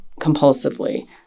compulsively